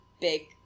big